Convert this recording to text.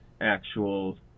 actual